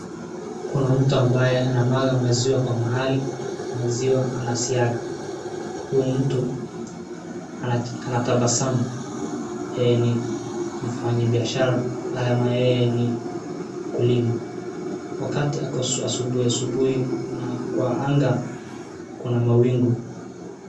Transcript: Kuna mtu ambaye anamwaga maziwa kwa mahali, maziwa anasiaga. Huyu mtu anatabasamu yeye ni mfanyi biashara ama yeye ni mkulima wakati ako asubuhi asubuhi na kwa anga kuna mawingu.